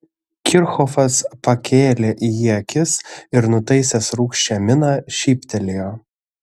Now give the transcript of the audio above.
kirchhofas pakėlė į jį akis ir nutaisęs rūgščią miną šyptelėjo